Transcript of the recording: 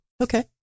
Okay